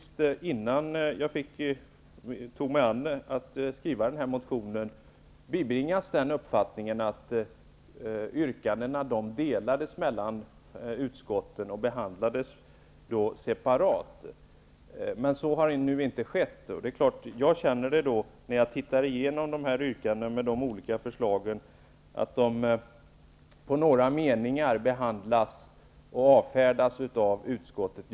Men innan jag tog mig an att skriva denna motion, hade jag bibringats uppfattningen att yrkandena delades mellan utskotten och behandlades separat. Så har nu inte skett. Det är klart att jag, när jag tittar igenom yrkandena med olika förslag, känner det som att de behandlas i några meningar och avfärdas av utskottet.